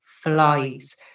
flies